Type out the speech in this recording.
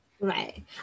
Right